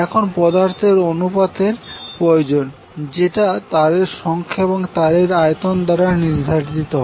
এখন পদার্থের অনুপাত এর প্রয়োজন যেটা তারের সংখা এবং তাদের আয়তন দ্বারা নির্ধারিত হয়